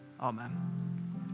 Amen